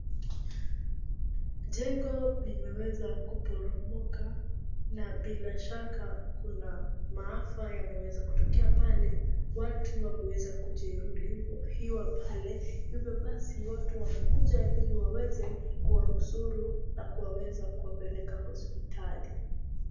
Jengo limeweza kuporomoka na bila shaka kuna maafa yameweza kutokea pale, watu wameweza kujeruhiwa pale, hivyo basi watu wamekuja ili waweze kuwanusuru na kuweza kuwapeleka hospitali.